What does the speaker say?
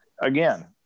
Again